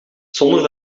zonder